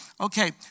Okay